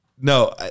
No